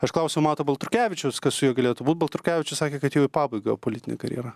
aš klausiau mato baltrukevičiaus kas su juo galėtų būt baltrukevičius sakė kad jau į pabaigą jo politinė karjera